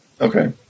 Okay